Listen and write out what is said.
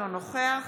אינו נוכח